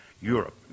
Europe